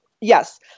yes